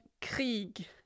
Krieg